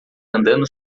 andando